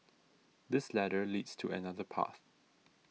this ladder leads to another path